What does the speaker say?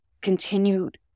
continued